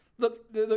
Look